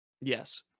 Yes